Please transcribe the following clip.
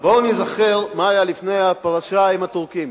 בואו ניזכר מה היה לפני הפרשה עם הטורקים.